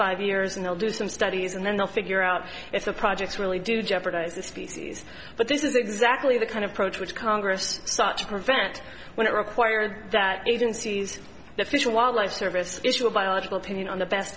five years and they'll do some studies and then they'll figure out if the projects really do jeopardize the species but this is exactly the kind of approach which congress such prevent when it required that agencies the fish wildlife service issue a biological opinion on the best